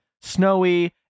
snowy